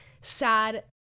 sad